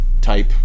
type